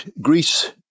Greece